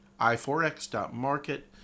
i4x.market